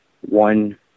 one